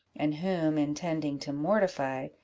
and whom, intending to mortify,